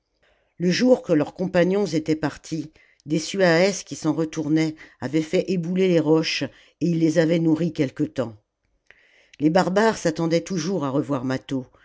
le jour que leurs compagnons étaient partis des zuaèces qui s'en retournaient avaient fait ébouler les roches et ils les avaient nourris quelque temps les barbares s'attendaient toujours à revoir mâtho